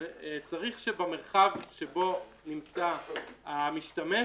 צריך שבמרחב שבו נמצא המשתמש,